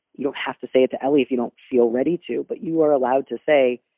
you don't have to say it to ellie if you don't feel ready to, but you are allowed to say,